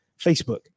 Facebook